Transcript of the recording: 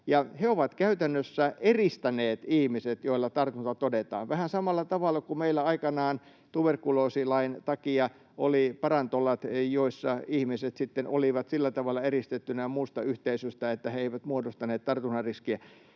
he ovat käytännössä eristäneet ihmiset, joilla tartunta todetaan, vähän samalla tavalla kuin meillä aikanaan tuberkuloosilain takia oli parantolat, joissa ihmiset olivat sillä tavalla eristettyinä muusta yhteisöstä, että he eivät muodostaneet tartunnan riskiä.